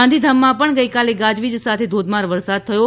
ગાંધીધામમાં પણ ગઇકાલે ગાજવીજ સાથે ધોધમાર વરસાદ થયો હતો